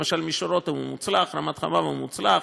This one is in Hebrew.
למשל, מישור רותם הוא מוצלח, רמת חובב הוא מוצלח,